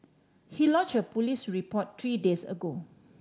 he lodge a police report three days ago